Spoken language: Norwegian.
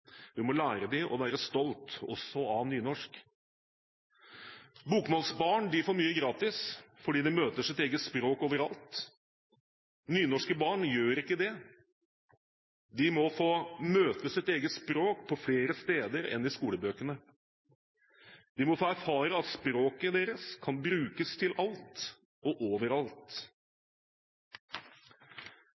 Vi må lære dem å være stolt også av nynorsk. Bokmålsbarn får mye gratis, fordi de møter sitt eget språk overalt. Nynorske barn gjør ikke det. De må få møte sitt eget språk på flere steder enn i skolebøkene. De må få erfare at språket deres kan brukes til alt og overalt.